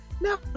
No